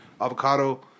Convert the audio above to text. avocado